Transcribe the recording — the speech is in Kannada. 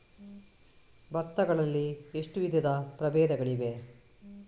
ಭತ್ತ ಗಳಲ್ಲಿ ಎಷ್ಟು ವಿಧದ ಪ್ರಬೇಧಗಳಿವೆ?